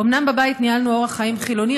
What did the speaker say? אומנם בבית ניהלנו אורח חיים חילוני,